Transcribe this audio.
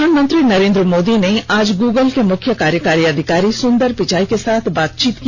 प्रधानमंत्री नरेंद्र मोदी ने आज गूगल के मुख्य कार्यकारी अधिकारी सुंदर पिचाई के साथ बातचीत की